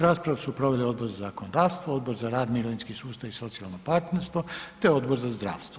Raspravu su proveli Odbor za zakonodavstvo, Odbor za rad, mirovinski sustav i socijalno partnerstvo te Odbor za zdravstvo.